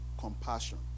compassion